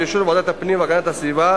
באישור ועדת הפנים והגנת הסביבה,